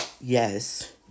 Yes